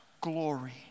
glory